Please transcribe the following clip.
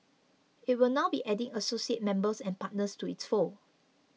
it will now be adding associate members and partners to its fold